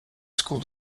school